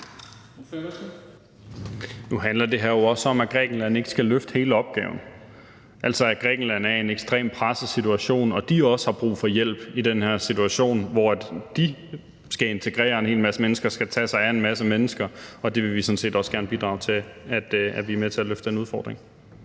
Nu handler det her jo også om, at Grækenland ikke skal løfte hele opgaven – altså at Grækenland er i en ekstremt presset situation, og at de også har brug for hjælp i den her situation, hvor de skal integrere en hel masse mennesker, skal tage sig af en masse mennesker. Det vil vi sådan set også gerne bidrage til og være med til at løfte den udfordring.